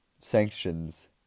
sanctions